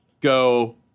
go